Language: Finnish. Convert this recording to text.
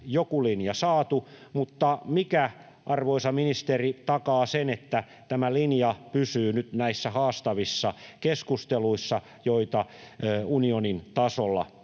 joku linja saatu, mutta mikä, arvoisa ministeri, takaa sen, että tämä linja pysyy näissä haastavissa keskusteluissa, joita unionin tasolla